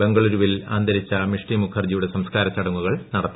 ബംഗളുരുവിൽ അന്തരിച്ച മിഷ്ടി മുഖർജിയുടെ സംസ്ക്കാര ചടങ്ങുകൾ നടത്തി